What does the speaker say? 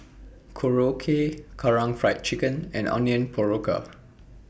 Korokke Karaage Fried Chicken and Onion Pakora